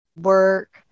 work